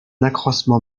accroissement